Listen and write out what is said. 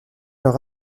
leur